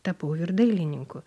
tapau vyr dailininku